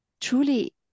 truly